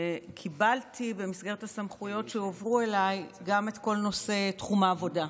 וקיבלתי במסגרת הסמכויות שהועברו אליי גם את כל תחום העבודה.